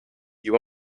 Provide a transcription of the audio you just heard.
you